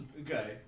Okay